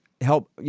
help